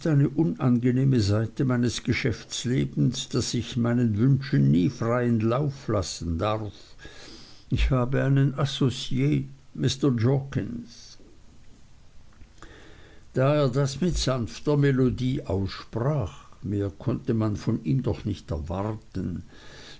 eine unangenehme seite meines geschäftslebens daß ich meinen wünschen nie freien lauf lassen darf ich habe einen associe mr jorkins da er das mit sanfter melancholie aussprach mehr konnte man von ihm doch nicht erwarten